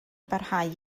barhau